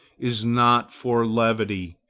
is not for levity,